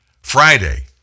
Friday